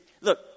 look